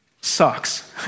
sucks